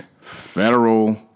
federal